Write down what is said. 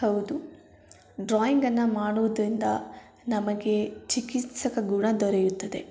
ಹೌದು ಡ್ರಾಯಿಂಗನ್ನು ಮಾಡೋದರಿಂದ ನಮಗೆ ಚಿಕಿತ್ಸಕ ಗುಣ ದೊರೆಯುತ್ತದೆ